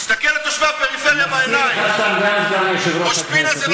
אני מזכיר לך שאתה גם סגן יושב-ראש הכנסת.